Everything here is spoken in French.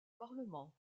parlement